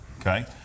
okay